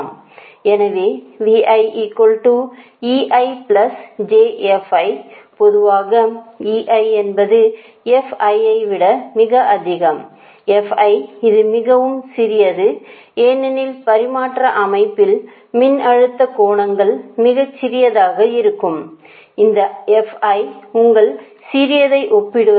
எனவே பொதுவாக என்பது விட மிக அதிகம் இது மிகவும் சிறியது ஏனெனில் பரிமாற்ற அமைப்பில் மின்னழுத்த கோணங்கள் மிகச் சிறியதாக இருக்கும் இந்த உங்கள் சிறியதை ஒப்பிடுவது